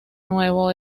nuevo